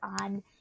on